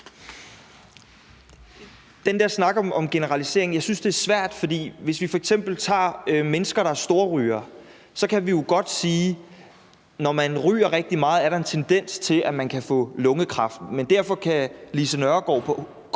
Den der snak om generalisering er noget, som jeg synes er svært. For hvis vi f.eks. tager mennesker, der er storrygere, så kan vi jo godt sige, at når man ryger rigtig meget, er der en tendens til, at man kan få lungekræft, men derfor kan Lise Nørgaard godt